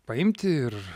paimti ir